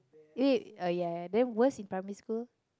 eh uh ya then worst in primary school